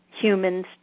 humans